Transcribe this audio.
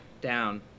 down